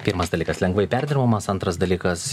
pirmas dalykas lengvai perdirbamas antras dalykas